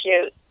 cute